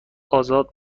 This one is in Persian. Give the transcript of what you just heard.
ازاد